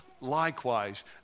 Likewise